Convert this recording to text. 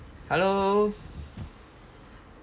hello